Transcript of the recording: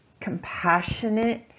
compassionate